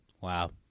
Wow